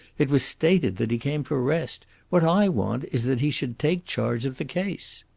it was stated that he came for rest. what i want is that he should take charge of the case.